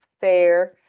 fair